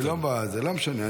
אני לא בא, לא משנה.